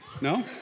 No